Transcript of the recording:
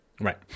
right